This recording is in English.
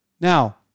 now